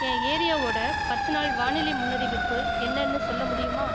என் ஏரியாவோடய பத்து நாள் வானிலை முன்னறிவிப்பு என்னென்னு சொல்ல முடியுமா